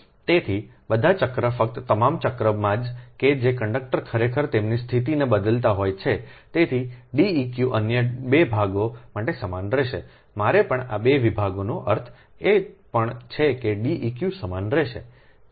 તેથી તેથી બધા ચક્ર ફક્ત તમામ ચક્રમાં કે જે કંડક્ટર ખરેખર તેમની સ્થિતિને બદલતા હોય છે તેથી D eq અન્ય 2 ભાગો માટે સમાન રહેશે મારે પણ આ 2 વિભાગોનો અર્થ એ પણ છે કે D eq સમાન રહેશે